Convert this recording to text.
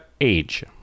age